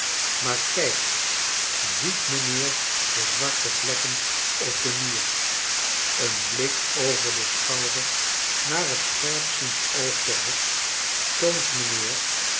maar kijk ziet mijnheer de zwarte vlekken op de muren een blik over den schouder naar het scherpziend oog der heks toont mijnheer